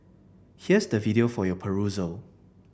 here's the video for your perusal